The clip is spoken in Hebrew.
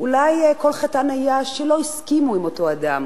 אולי כל חטאן היה שלא הסכימו עם אותו אדם